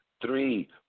three